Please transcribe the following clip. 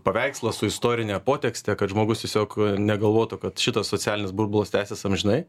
paveikslas su istorine potekste kad žmogus tiesiog negalvotų kad šitas socialinis burbulas tęsis amžinai